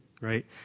right